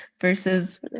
versus